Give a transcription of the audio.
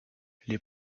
les